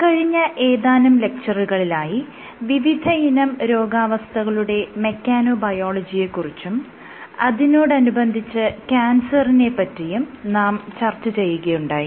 ഇക്കഴിഞ്ഞ ഏതാനും ലെക്ച്ചറുകളിലായി വിവിധയിനം രോഗാവസ്ഥകളുടെ മെക്കാനോബയോളജിയെ കുറിച്ചും അതിനോടനുബന്ധിച്ച് ക്യാൻസറിനെ പറ്റിയും നാം ചർച്ച ചെയ്യുകയുണ്ടായി